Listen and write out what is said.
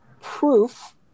proof